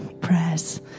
prayers